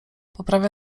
poprawia